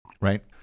right